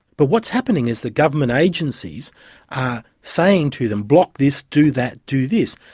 but what's happening is the government agencies are saying to them block this, do that, do this',